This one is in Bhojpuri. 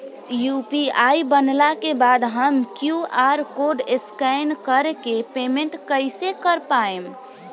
यू.पी.आई बनला के बाद हम क्यू.आर कोड स्कैन कर के पेमेंट कइसे कर पाएम?